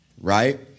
right